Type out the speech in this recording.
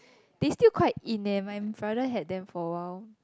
they still quite in leh my father had them for a while